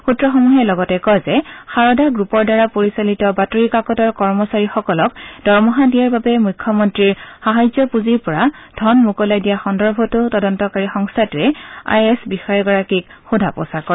সূত্ৰসমূহে লগতে কয় যে সাৰদা গ্ৰুপৰ দ্বাৰা পৰিচালিত বাতৰিকাকতৰ কৰ্মচাৰীসকলক দৰমহা দিয়াৰ বাবে মুখ্য মন্ত্ৰীৰ সাহায্য পূঁজিৰ পৰা ধন মোকলাই দিয়া সন্দৰ্ভতো তদম্তকাৰী সংস্থাটোৱে আই এছ বিষযাগৰাকীক সোধা পোছা কৰে